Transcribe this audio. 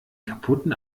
kaputten